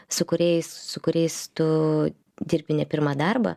su kūrėjais su kuriais tu dirbi ne pirmą darbą